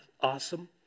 awesome